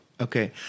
Okay